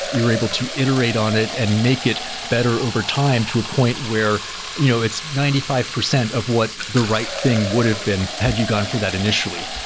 you're able to iterate on it and make it better over time, to a point where you know it's ninety five percent of what the right thing would have been had you gone for that initially.